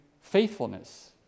faithfulness